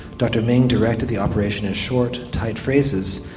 dr ming directed the operation in short, tight phrases,